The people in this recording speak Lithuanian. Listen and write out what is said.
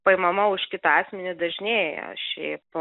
paimama už kitą asmenį dažnėja šiaip